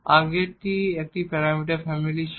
আগেরটি একটি প্যারামিটারের ফ্যামিলি ছিল